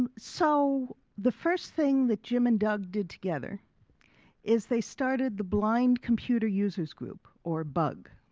um so the first thing that jim and doug did together is they started the blind computers user group or bug.